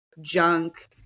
junk